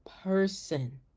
person